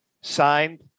signed